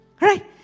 Right